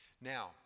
Now